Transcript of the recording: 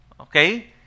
Okay